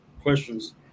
questions